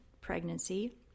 pregnancy